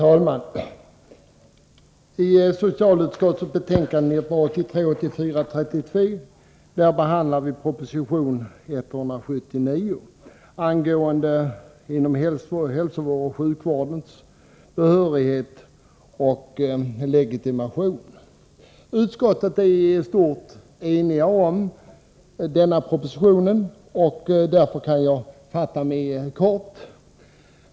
Fru talman! I socialutskottets betänkande 32 behandlas proposition 179 om behörighet att utöva yrke inom hälsooch sjukvården samt om legitimation inom denna. Utskottet är i stort enigt om att tillstyrka propositionen, och därför kan jag fatta mig kort.